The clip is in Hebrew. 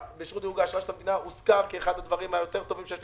האשראי של המדינה הוזכר כאחד הדברים היותר טובים,